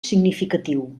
significatiu